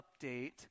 update